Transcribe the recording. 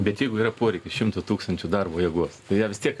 bet jeigu yra poreikis šimtui tūkstančių darbo jėgos tai ją vis tiek